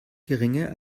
geringer